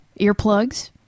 Earplugs